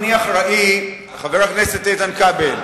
חבר הכנסת איתן כבל,